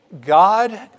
God